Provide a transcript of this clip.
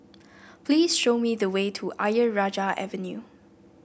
please show me the way to Ayer Rajah Avenue